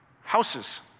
houses